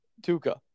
Tuca